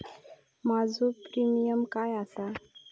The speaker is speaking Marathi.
माझो प्रीमियम काय आसा?